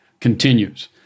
continues